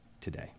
today